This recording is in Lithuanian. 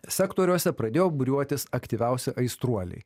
sektoriuose pradėjo būriuotis aktyviausi aistruoliai